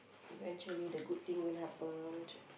eventually the good thing will happen